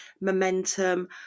momentum